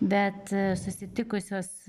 bet susitikusios